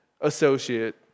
associate